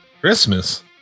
Christmas